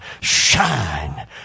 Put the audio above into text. Shine